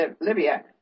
Libya